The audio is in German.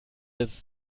jetzt